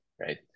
right